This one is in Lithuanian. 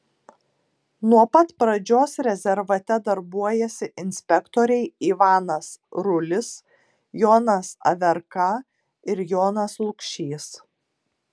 nuo pat pradžios rezervate darbuojasi inspektoriai ivanas rulis jonas averka ir jonas lukšys